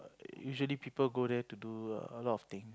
usually people go there to do a lot of thing